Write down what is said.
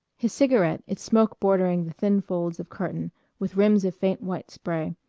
his cigarette, its smoke bordering the thin folds of curtain with rims of faint white spray,